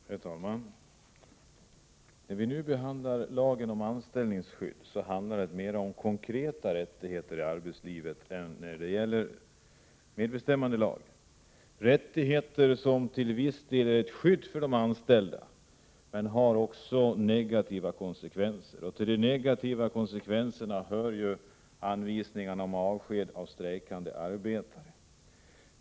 Herr talman! När vi nu behandlar lagen om anställningsskydd handlar det mera om konkreta rättigheter i arbetslivet än vad som är fallet när det gäller medbestämmandelagen. Det är rättigheter som till viss del är ett skydd för de anställda men som också har negativa konsekvenser. Och till de negativa konsekvenserna hör anvisningarna om avsked av strejkande arbetare.